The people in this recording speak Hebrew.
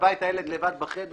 בבית הילד לבד בחדר.